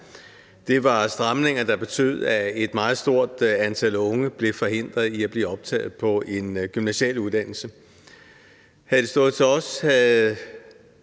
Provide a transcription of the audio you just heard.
Det var stramninger, der betød, at et meget stort antal unge blev forhindret i at blive optaget på en gymnasial uddannelse. Havde det stået til os, havde